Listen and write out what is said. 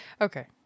Okay